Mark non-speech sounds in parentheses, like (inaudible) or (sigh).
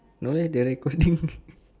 no leh they recording (noise)